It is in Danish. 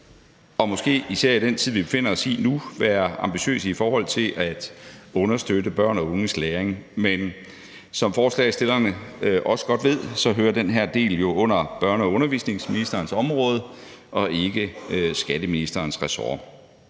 og måske især i den tid, vi befinder os i nu, være ambitiøse i forhold til at understøtte børn og unges læring, men som forslagsstillerne også godt ved, hører den her del jo under børne- og undervisningsministerens område og er ikke skatteministerens ressort.